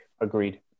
Agreed